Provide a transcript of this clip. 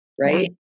right